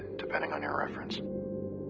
depending on your reference.